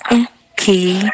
okay